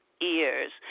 ears